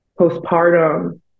postpartum